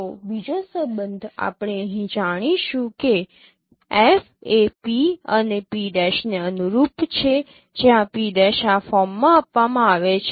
તો બીજો સંબંધ આપણે અહીં જાણીશું કે F એ P અને P' ને અનુરૂપ છે જ્યાં P' આ ફોર્મમાં આપવામાં આવે છે